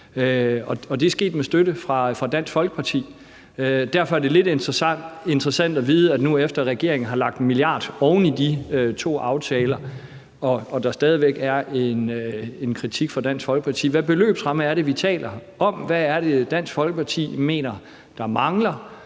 det er sket med støtte fra Dansk Folkeparti. Derfor er det lidt interessant at vide, efter at regeringen nu har lagt 1 mia. kr. oven i de to aftaler og der stadig væk er en kritik fra Dansk Folkeparti, hvilken beløbsramme vi taler om. Hvad er det, Dansk Folkeparti mener at der mangler?